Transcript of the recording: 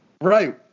Right